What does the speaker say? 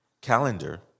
calendar